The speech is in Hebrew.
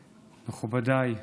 מכובדיי,